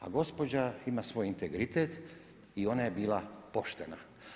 A gospođa ima svoj integritet i ona je bila poštena.